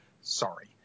Sorry